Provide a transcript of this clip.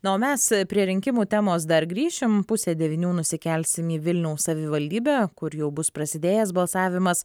na o mes prie rinkimų temos dar grįšim pusę devynių nusikelsim į vilniaus savivaldybę kur jau bus prasidėjęs balsavimas